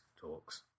talks